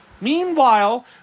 Meanwhile